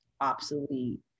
obsolete